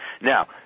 Now